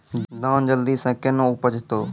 धान जल्दी से के ना उपज तो?